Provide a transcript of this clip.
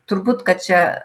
turbūt kad čia